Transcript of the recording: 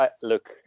look